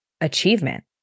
achievement